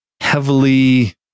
heavily